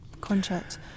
contract